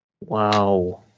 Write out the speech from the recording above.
wow